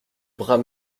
bras